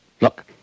Look